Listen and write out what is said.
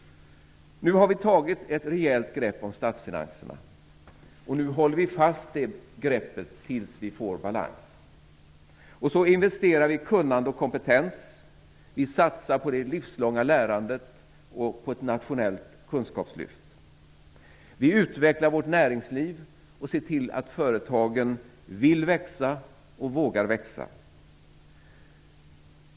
Nu har vi tagit ett rejält grepp om statsfinanserna, och nu håller vi fast greppet tills vi får balans. Vi investerar i kunnande och kompetens. Vi satsar på det livslånga lärandet och på ett nationellt kunskapslyft. Vi utvecklar vårt näringsliv och ser till att företagen vill växa och vågar växa.